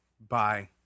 Bye